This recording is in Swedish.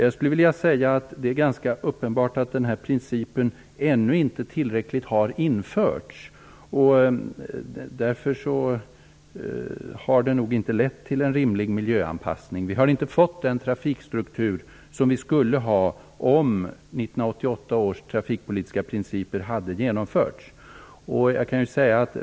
Jag skulle vilja säga att det är ganska uppenbart att den här principen ännu inte tillräckligt har införts. Därför har det nog inte lett till en rimlig miljöanpassning. Vi har inte fått den trafikstruktur som vi skulle ha, om 1988 års trafikpolitiska principer hade genomförts.